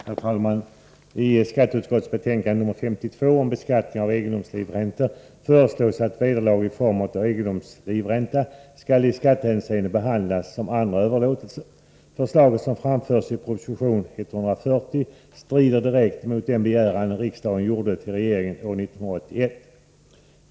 Herr talman! I skatteutskottets betänkande nr 52 om beskattningen av egendomslivräntor föreslås att vederlag i form av egendomslivränta skall i skattehänseende behandlas som andra överlåtelser. Förslaget, som framförs i proposition 140, strider direkt emot den begäran riksdagen gjorde till regeringen år 1981.